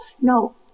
No